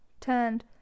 turned